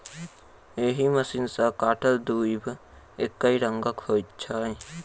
एहि मशीन सॅ काटल दुइब एकै रंगक होइत छै